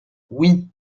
oui